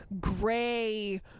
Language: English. gray